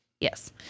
Yes